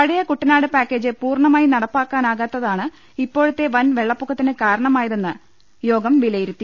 പഴയ Kuttanad package പൂർണ്ണമായി നടപ്പാക്കാനാകാത്തതാണ് ഇപ്പോഴത്തെ വൻവെള്ളപ്പൊക്കത്തിന് കാരണമായതെന്ന് യോഗം വിലയിരുത്തി